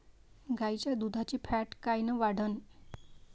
गाईच्या दुधाची फॅट कायन वाढन?